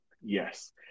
Yes